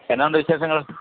എന്നാ ഉണ്ട് വിശേഷങ്ങൾ